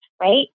right